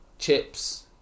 Chips